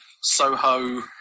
Soho